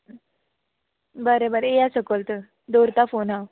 बरें बरें येया सकयल तर दवरता फोन हांव